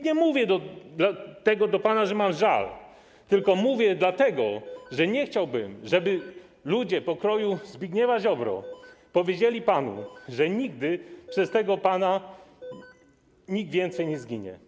Nie mówię tego panu dlatego, że mam żal, tylko mówię dlatego, że nie chciałbym, żeby ludzie pokroju Zbigniewa Ziobro powiedzieli panu, że nigdy przez tego pana nikt więcej nie zginie.